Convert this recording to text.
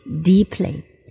deeply